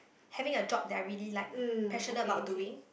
having a job that I really like passionate about doing